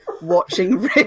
watching